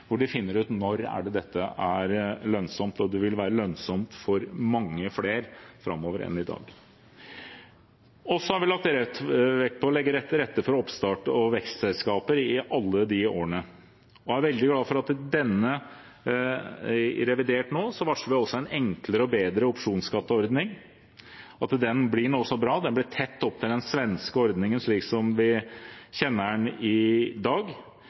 ut når dette er lønnsomt, og framover vil det være lønnsomt for mange flere enn i dag. Vi har lagt vekt på å legge til rette for oppstarts- og vekstselskaper i alle disse årene. Jeg er veldig glad for at vi i revidert varsler en enklere og bedre opsjonsskatteordning, og at den blir så bra. Den blir tett opp til den svenske ordningen, slik vi kjenner den i dag.